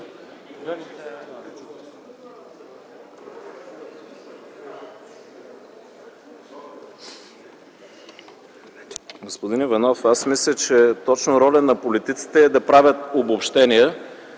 аз мисля, че точно роля е на политиците да правят обобщения